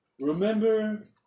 Remember